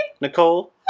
Nicole